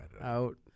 out